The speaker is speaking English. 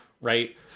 right